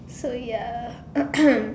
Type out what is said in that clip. so ya